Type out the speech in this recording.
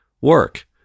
work